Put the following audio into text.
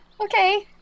Okay